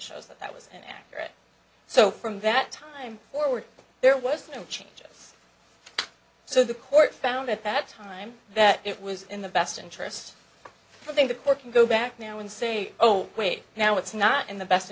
shows that that was an accurate so from that time forward there was no changes so the court found at that time that it was in the best interest i think the court can go back now and say oh wait now it's not in the best